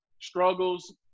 struggles